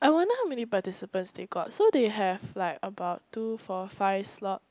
I wonder how many participants they got so they have like about two four five slots